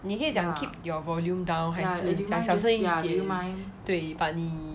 你可以讲 keep your volume down 还是讲小声一点对 but 你